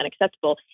unacceptable